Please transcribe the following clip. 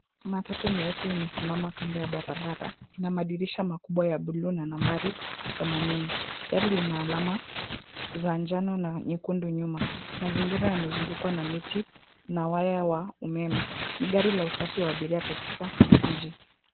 Matatu nyeupe imesimama kando ya barabara. Ina madirisha makubwa ya buluu na nambari themanini. Gari lina alama za njano na nyekundu nyuma. Mazingira yamezungukwa na miti na waya wa umeme. Ni gari la usafi wa abiria katika mji.